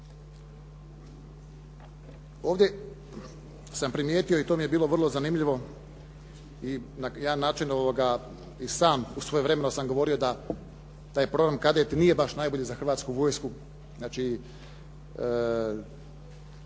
Ovdje sam primijetio i to mi je bilo vrlo zanimljivo i na jedan način i sam svojevremeno sam govorio da program "Kadet" nije baš najbolji za Hrvatsku vojsku.